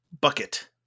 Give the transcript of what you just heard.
bucket